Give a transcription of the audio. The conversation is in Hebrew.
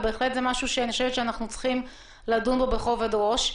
ובהחלט זה משהו שאני חושבת שאנחנו צריכים לדון בו בכובד ראש.